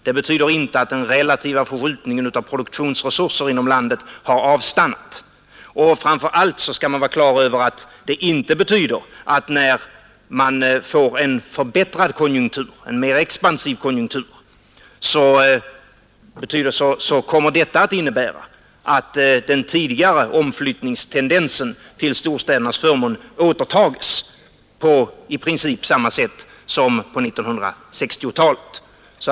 Det betyder inte att den relativa förskjutningen av produktionsresurser inom landet har avstannat. Framför allt skall man vara klar över att en mera expansiv konjunktur, när den kommer, innebär att den tidigare omflyttningstendensen till storstädernas förmån ätertages på i princip samma sätt som på 1960-talet.